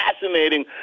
fascinating